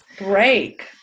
break